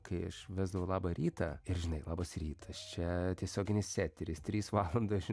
kai aš vesdavau labą rytą ir žinai labas rytas čia tiesioginis eteris trys valandos